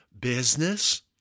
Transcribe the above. business